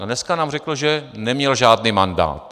A dneska nám řekl, že neměl žádný mandát.